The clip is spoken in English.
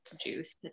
juice